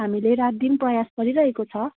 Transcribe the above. हामीले रात दिन प्रयास गरिरहेको छ